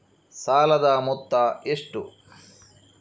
ಸಾಲದ ಮೊತ್ತ ಎಷ್ಟು?